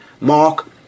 Mark